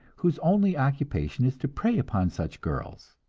whose only occupation is to prey upon such girls.